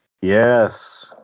Yes